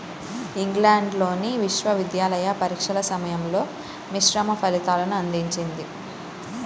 ఇంగ్లాండ్లోని విశ్వవిద్యాలయ పరీక్షల సమయంలో మిశ్రమ ఫలితాలను అందించింది